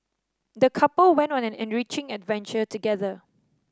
the couple went on an enriching adventure together